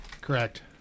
Correct